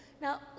Now